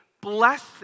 blessed